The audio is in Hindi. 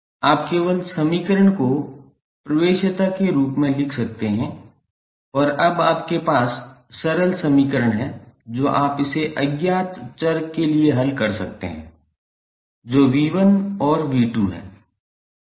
आप केवल समीकरण को प्रवेश्यता के रूप में लिख सकते हैं और अब आपके पास सरल समीकरण हैं जो आप इसे अज्ञात चर के लिए हल कर सकते हैं जो 𝑉1 और 𝑉2 हैं